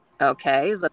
okay